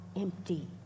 empty